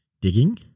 Digging